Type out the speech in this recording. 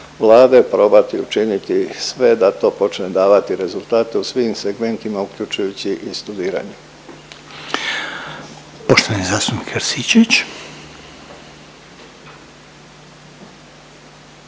probati učiniti sve da to počne davati rezultate u svim segmentima uključujući i studiranje. **Reiner, Željko